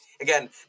again